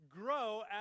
grow